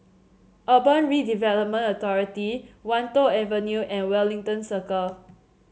Urban Redevelopment Authority Wan Tho Avenue and Wellington Circle